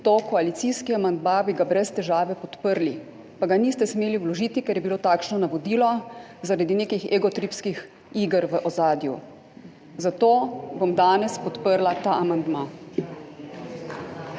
to koalicijski amandma, bi ga brez težave podprli. Pa ga niste smeli vložiti, ker je bilo takšno navodilo zaradi nekih egotripskih iger v ozadju. Zato bom danes podprla ta amandma.